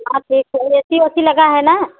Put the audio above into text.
हाँ ठीक है ए सी ओसी लगा है न